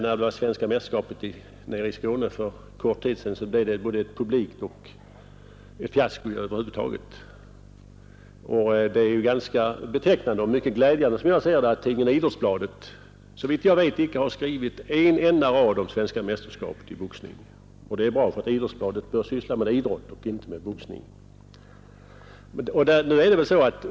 När svenska mästerskapen gick i Skåne för kort tid sedan blev det fiasko både publikt och på annat sätt. Det är ju ganska betecknande och mycket glädjande, som jag ser det, att tidningen Idrottsbladet såvitt jag vet icke har skrivit en enda rad om svenska mästerskapet i boxning. Det är bra, för Idrottsbladet bör syssla med idrott och inte med boxning.